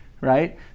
right